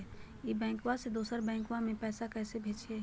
ई बैंकबा से दोसर बैंकबा में पैसा कैसे भेजिए?